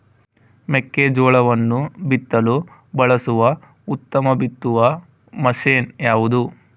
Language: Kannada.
ಮೆಕ್ಕೆಜೋಳವನ್ನು ಬಿತ್ತಲು ಬಳಸುವ ಉತ್ತಮ ಬಿತ್ತುವ ಮಷೇನ್ ಯಾವುದು?